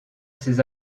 ses